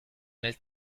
nel